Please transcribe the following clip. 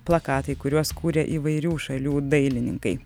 plakatai kuriuos kūrė įvairių šalių dailininkai